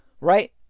right